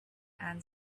and